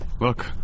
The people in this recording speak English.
Look